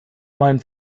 mein